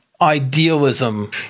idealism